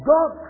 God